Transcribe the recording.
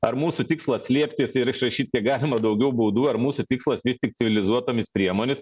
ar mūsų tikslas slėptis ir išrašyti kiek galima daugiau baudų ar mūsų tikslas vis tik civilizuotomis priemonėmis